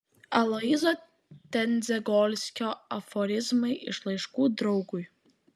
aloyzo tendzegolskio aforizmai iš laiškų draugui